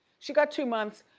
she got two months,